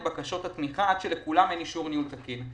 בקשות התמיכה עד שלכולם אין אישור ניהול תקין.